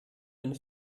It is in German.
ein